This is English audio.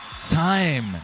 Time